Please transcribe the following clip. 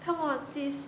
come on please